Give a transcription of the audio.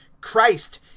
Christ